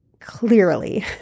clearly